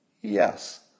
Yes